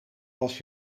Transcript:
als